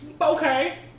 Okay